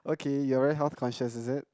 okay you're very health conscious is it